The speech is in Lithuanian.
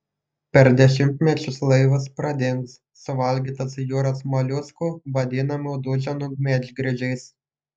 per dešimtmečius laivas pradings suvalgytas jūros ir moliuskų vadinamų duženų medgręžiais